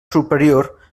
superior